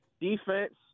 defense